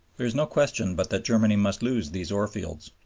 there is no question but that germany must lose these ore-fields.